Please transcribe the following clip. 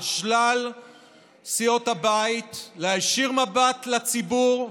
על שלל סיעות הבית, להישיר מבט לציבור,